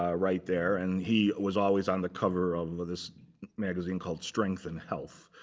ah right there. and he was always on the cover of ah this magazine called strength and health.